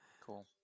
cool